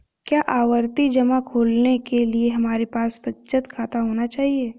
क्या आवर्ती जमा खोलने के लिए हमारे पास बचत खाता होना चाहिए?